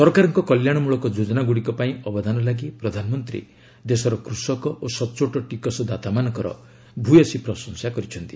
ସରକାରଙ୍କ କଲ୍ୟାଣ ମୂଳକ ଯୋଜନାଗୁଡ଼ିକ ପାଇଁ ଅବଦାନ ଲାଗି ପ୍ରଧାନମନ୍ତ୍ରୀ ଦେଶର କୃଷକ ଓ ସଟ୍ଟୋଟ ଟିକସଦାତାମାନଙ୍କର ଭୂୟସୀ ପ୍ରଶଂସା କରିଛନ୍ତି